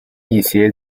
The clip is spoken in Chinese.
一些